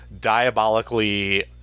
diabolically